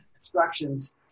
instructions